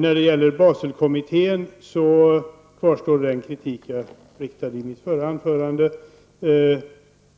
När det gäller Baselkommittén kvarstår den kritik som jag riktade mot den i mitt förra anförande.